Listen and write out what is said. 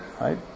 right